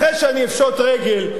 אחרי שאני אפשוט רגל,